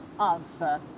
answer